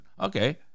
okay